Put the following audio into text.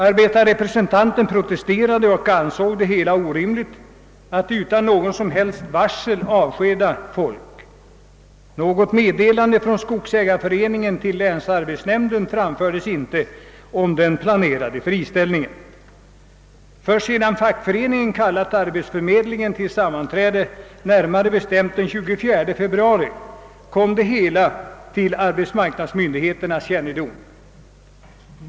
Arbetarrepresentanten protesterade och ansåg det orimligt att utan något som helst varsel avskeda folk. Något meddelande om den planerade friställningen framförde skogsägareföreningen inte till länsarbetsnämnden. Först sedan fackföreningen kallat arbetsförmedlingen till sammanträde den 24 februari fick arbetsmarknadsmyndigheterna kännedom om förhållandet.